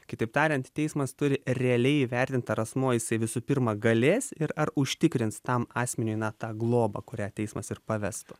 kitaip tariant teismas turi realiai įvertint ar asmuo jisai visų pirma galės ir ar užtikrins tam asmeniui na tą globą kurią teismas ir pavestų